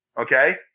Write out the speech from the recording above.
Okay